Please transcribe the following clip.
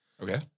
Okay